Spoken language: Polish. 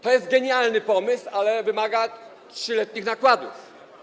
To jest genialny pomysł, ale wymaga 3-letnich nakładów.